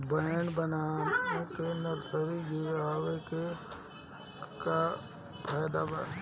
Bed बना के nursery गिरवले के का फायदा बा?